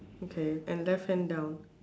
okay and left hand down